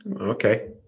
okay